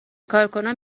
کارکنان